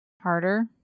Harder